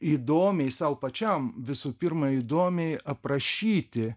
įdomiai sau pačiam visų pirma įdomiai aprašyti